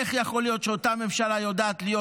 איך יכול להיות שאותה ממשלה יודעת להיות